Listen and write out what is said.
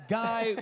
guy